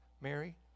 Mary